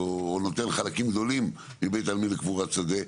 או נותן חלקים גדולים מבית העלמין לקבורת שדה,